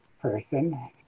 person